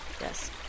Yes